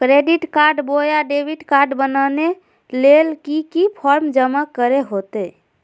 Credit card बोया debit card बनाने ले की की फॉर्म जमा करे होते?